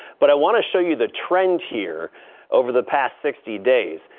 but i want to show you the trend here over the past sixty days.